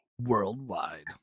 Worldwide